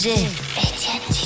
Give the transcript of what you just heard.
Etienne